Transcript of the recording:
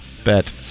Bet